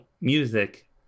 music